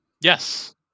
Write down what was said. Yes